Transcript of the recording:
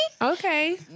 Okay